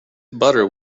butter